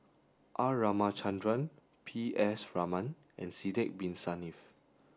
R Ramachandran P S Raman and Sidek Bin Saniff